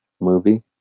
movie